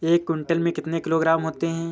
एक क्विंटल में कितने किलोग्राम होते हैं?